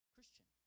Christian